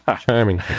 Charming